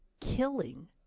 killing